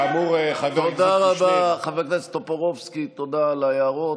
אם תאפשרו להם להתראיין זה לא,